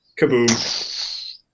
Kaboom